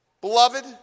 Beloved